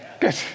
Good